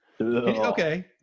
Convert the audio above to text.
Okay